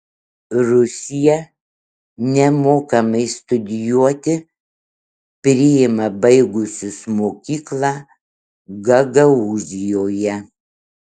rusija nemokamai studijuoti priima baigusius mokyklą gagaūzijoje